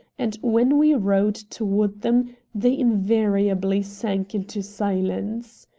and when we rowed toward them they invariably sank into silence.